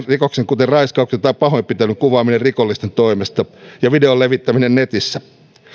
rikoksen kuten raiskauksen tai pahoinpitelyn kuvaaminen rikollisten toimesta ja videon levittäminen netissä